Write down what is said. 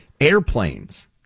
airplanes